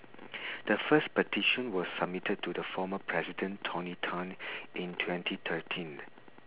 the first petition was submitted to the formal president tony tan in twenty thirteen